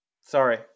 Sorry